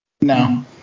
No